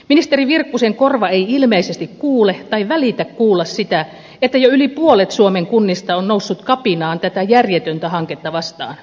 ministeri virkkusen korva ei ilmeisesti kuule tai välitä kuulla sitä että jo yli puolet suomen kunnista on noussut kapinaan tätä järjetöntä hanketta vastaan